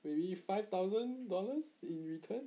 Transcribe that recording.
maybe five thousand dollars in return